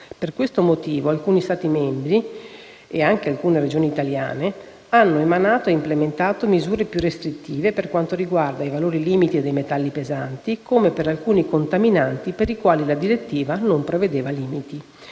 Per questo motivo alcuni Stati membri ed anche alcune Regioni italiane hanno emanato ed implementato misure più restrittive per quanto riguarda i valori limite dei metalli pesanti, così come per alcuni contaminanti per i quali la direttiva non prevedeva limiti.